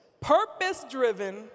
purpose-driven